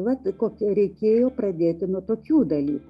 vat kokia reikėjo pradėti nuo tokių dalykų